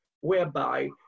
whereby